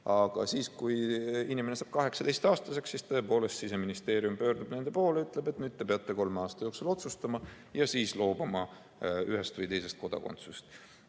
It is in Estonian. Aga siis, kui inimene saab 18-aastaseks, tõepoolest Siseministeerium pöördub nende poole ja ütleb, et nüüd te peate kolme aasta jooksul otsustama ja loobuma ühest või teisest kodakondsusest.